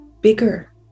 bigger